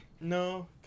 No